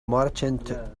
merchant